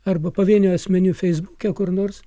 arba pavienių asmenių feisbuke kur nors